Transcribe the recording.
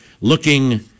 looking